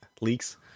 Leaks